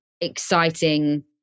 exciting